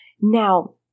Now